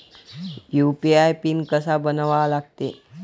UPI PIN कसा बनवा लागते?